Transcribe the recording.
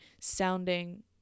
sounding